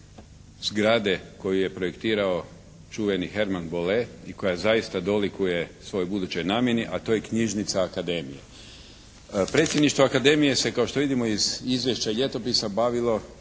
zgrade koju je projektirao čuveni Herman Bole i koja zaista dolikuje svojoj budućoj namjeni, a to je knjižnica akademije. Predsjedništvo Akademije se kao što vidimo iz izvješća ljetopisa bavilo